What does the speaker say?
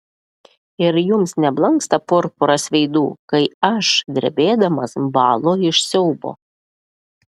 ir jums neblanksta purpuras veidų kai aš drebėdamas bąlu iš siaubo